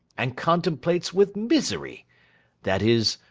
and contemplates with misery that is,